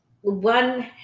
one